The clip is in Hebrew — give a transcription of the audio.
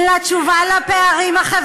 שלנו.